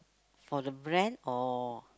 for the brand or